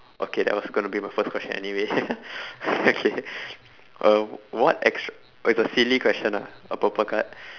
okay that was gonna be my first question anyway okay uh what extr~ is a silly question ah a purple card